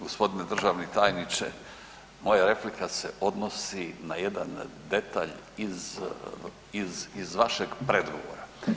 G. državni tajniče, moja replika se odnosi na jedan detalj iz vašeg predgovora.